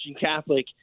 Catholic